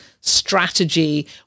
strategy